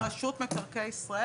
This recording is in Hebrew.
רשות מקרקעי ישראל,